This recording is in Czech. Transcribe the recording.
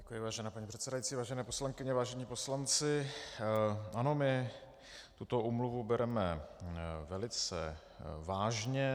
Děkuji, vážená paní předsedající, vážené poslankyně, vážení poslanci, ano, my tuto úmluvu bereme velice vážně.